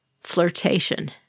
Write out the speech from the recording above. flirtation